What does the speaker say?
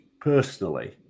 personally